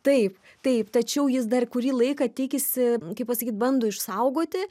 taip taip tačiau jis dar kurį laiką tikisi kaip pasakyt bando išsaugoti